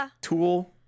tool